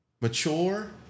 mature